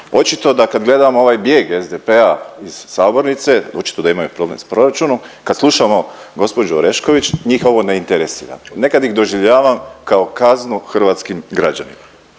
očito da kad gledamo ovaj bijeg SDP-a iz sabornice, očito da imaju problem s proračunom, kad slušamo gospođu Orešković, njih ovo ne interesira. Nekad ih doživljavam kao kaznu hrvatskim građanima.